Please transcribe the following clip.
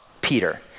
Peter